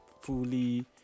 fully